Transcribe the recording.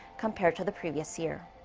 compared to the previous year.